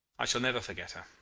i shall never forget her.